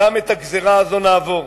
גם את הגזירה הזאת נעבור,